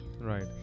Right